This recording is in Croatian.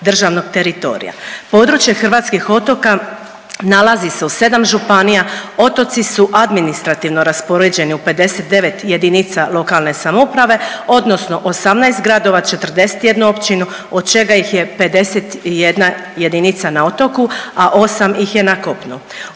državnog teritorija. Područje hrvatskih otoka nalazi se u 7 županija, otoci su administrativno raspoređeni u 59 jedinica lokalne samouprave, odnosno 18 gradova, 41 općinu od čega ih je 51 jedinica na otoku, a 8 ih je na kopnu.